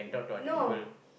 no